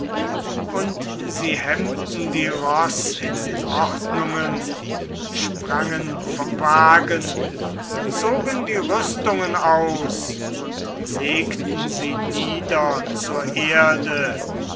und sie hemmten die ross in den ordnungen sprangen vom wagen zogen die rüstungen aus und legten sie nieder zur erde